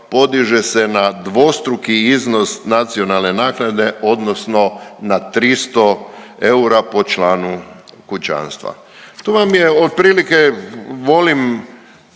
na dvostruki iznos nacionalne naknade odnosno na 300 eura po članu kućanstva i ono što je po meni